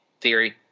theory